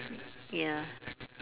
ya